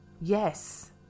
Yes